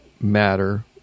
matter